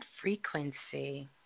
Frequency